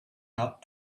top